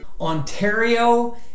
Ontario